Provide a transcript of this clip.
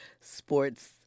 sports